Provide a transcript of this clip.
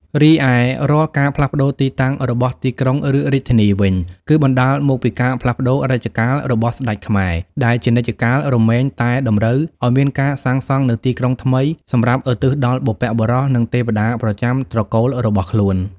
រីឯរាល់ការផ្លាស់ប្តូរទីតាំងរបស់ទីក្រុង ឬ រាជធានីវិញ គឺបណ្តាលមកពីការផ្លាស់ប្តូររជ្ជកាលរបស់ស្តេចខ្មែរ ដែលជានិច្ចកាលរមែងតែតម្រូវឱ្យមានការសាងសង់នូវទីក្រុងថ្មី សម្រាប់ឧទ្ទិសដល់បុព្វបុរសនិងទេវតាប្រចាំត្រកូលរបស់ខ្លួន ។